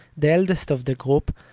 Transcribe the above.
the eldest of the group.